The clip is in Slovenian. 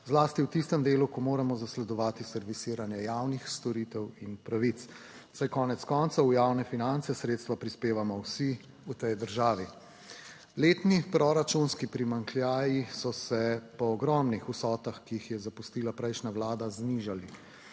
zlasti v tistem delu, ko moramo zasledovati servisiranje javnih storitev in pravic, **22. TRAK: (SC) – 10.45** (nadaljevanje) saj konec koncev v javne finance sredstva prispevamo vsi v tej državi. Letni proračunski primanjkljaji so se po ogromnih vsotah, ki jih je zapustila prejšnja vlada, znižali.